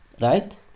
right